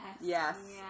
Yes